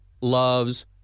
loves